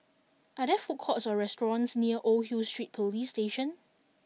are there food courts or restaurants near Old Hill Street Police Station